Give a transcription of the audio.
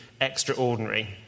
extraordinary